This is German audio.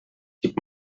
gib